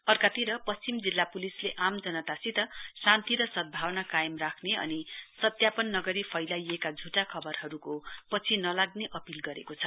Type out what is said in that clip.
अर्कातिर पश्चिम जिल्ला प्लिसले आम जनतासित शान्ति र सद्भावना कायम राख्ने अनि सत्यापन नगरी फैलाइएका झ्टा खबरहरूको पछि नलाग्ने अपील गरेको छ